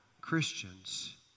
Christians